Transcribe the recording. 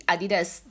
Adidas